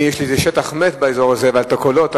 יש לי שטח מת באזור הזה אבל הקולות נשמעים.